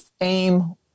aim